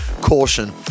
Caution